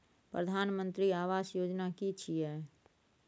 प्रधानमंत्री आवास योजना कि छिए?